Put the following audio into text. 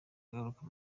agaruka